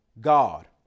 God